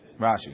rashi